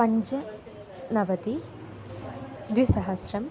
पञ्च नवतिः द्विसहस्रम्